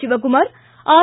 Shivakumar R